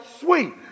sweet